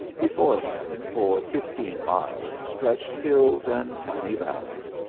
before him, for fifteen miles stretched hills and tiny valleys.